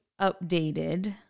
updated